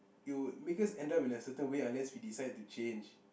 it would make us end up in a certain way unless we decide to change